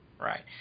Right